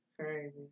crazy